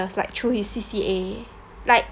like through his C_C_A like